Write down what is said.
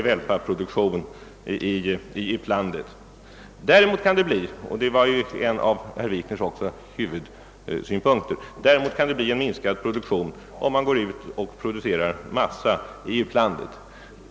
Däremot kan det bli, och detta var ju en av herr Wikners huvudsynpunkter, en minskning av produktionen, om man förlägger produktionen av massa till utlandet.